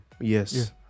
yes